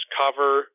cover